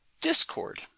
Discord